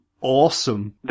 awesome